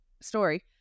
story